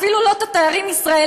אפילו לא את התיירים הישראלים,